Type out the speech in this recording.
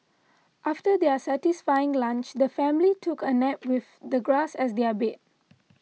after their satisfying lunch the family took a nap with the grass as their bed